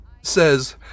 says